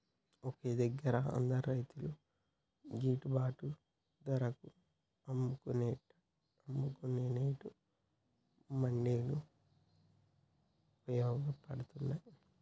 ఒకే దగ్గర అందరు రైతులు గిట్టుబాటు ధరకు అమ్ముకునేట్టు మండీలు వుపయోగ పడ్తాయ్